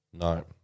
No